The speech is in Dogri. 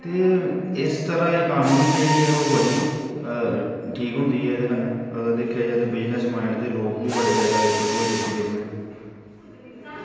ते इस तरह् इकानमी जेह्ड़ी ऐ ओह् बड़ी ज्यादा ठीक होंदी ऐ एह्दे कन्नै अगर दिक्खेआ जा ते बिजनेस माइंड दे लोग बी बड़े ज्यादा कठुआ डिस्टिक च न